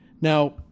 Now